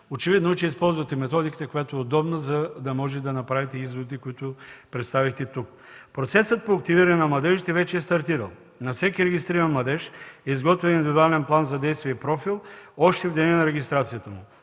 Очевидно е, че използвате методиката, която е удобна, за да можете да направите изводите, които представяте тук. Процесът по активиране на младежите вече е стартирал. На всеки регистриран младеж е изготвен индивидуален план за действие и профил още в деня на регистрацията му.